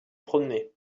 promener